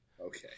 Okay